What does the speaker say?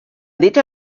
dicha